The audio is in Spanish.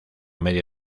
medio